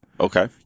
Okay